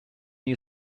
you